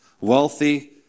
Wealthy